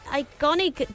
iconic